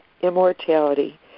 immortality